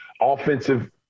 offensive